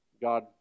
God